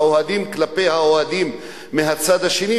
האוהדים כלפי האוהדים מהצד השני.